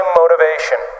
motivation